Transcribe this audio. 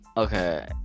Okay